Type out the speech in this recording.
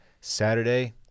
Saturday